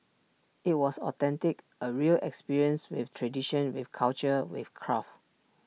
IT was authentic A real experience with tradition with culture with craft